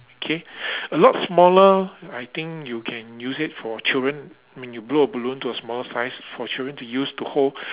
okay a lot smaller I think you can use it for children when you blow a balloon to a smaller size for children to use to hold